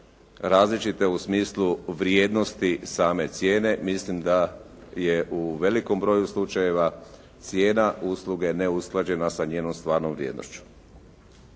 Različite u smislu vrijednosti same cijene mislim da je u velikom broju slučajeva cijena usluge neusklađena sa njenom stvarnom vrijednošću.